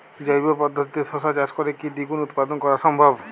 জৈব পদ্ধতিতে শশা চাষ করে কি দ্বিগুণ উৎপাদন করা সম্ভব?